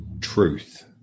truth